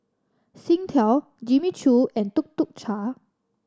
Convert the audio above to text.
Singtel Jimmy Choo and Tuk Tuk Cha